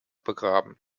begraben